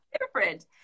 different